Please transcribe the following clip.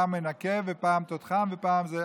פעם מנקה ופעם תותחן ופעם זה.